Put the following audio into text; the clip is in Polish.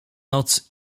noc